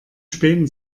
späten